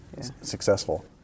successful